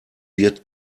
wird